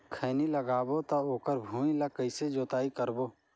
खैनी लगाबो ता ओकर भुईं ला कइसे जोताई करबो?